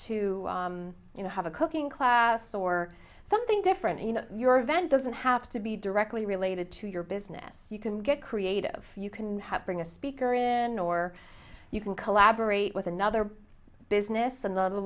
to you know have a cooking class or something different you know your event doesn't have to be directly related to your business you can get creative you can bring a speaker in or you can collaborate with another business and the